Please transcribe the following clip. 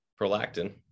prolactin